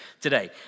today